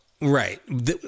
right